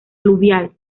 aluvial